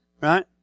right